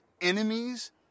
enemies